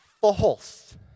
false